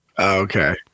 Okay